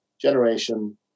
generation